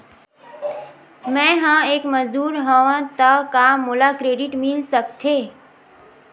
मैं ह एक मजदूर हंव त का मोला क्रेडिट मिल सकथे?